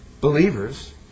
believers